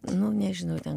nu nežinau ten